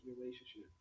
relationship